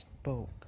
spoke